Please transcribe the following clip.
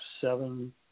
seven